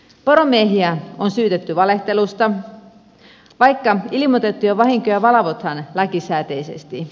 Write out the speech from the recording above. poromiehiä on syytetty valehtelusta vaikka ilmoitettuja vahinkoja valvotaan lakisääteisesti